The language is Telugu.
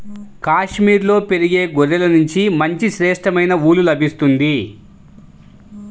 కాశ్మీరులో పెరిగే గొర్రెల నుంచి మంచి శ్రేష్టమైన ఊలు లభిస్తుంది